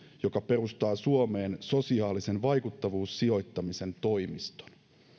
joka perustaa suomeen sosiaalisen vaikuttavuussijoittamisen toimiston